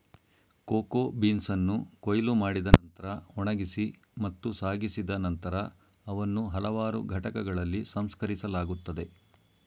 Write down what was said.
cocoa ಬೀನ್ಸನ್ನು ಕೊಯ್ಲು ಮಾಡಿದ ನಂತ್ರ ಒಣಗಿಸಿ ಮತ್ತು ಸಾಗಿಸಿದ ನಂತರ ಅವನ್ನು ಹಲವಾರು ಘಟಕಗಳಲ್ಲಿ ಸಂಸ್ಕರಿಸಲಾಗುತ್ತದೆ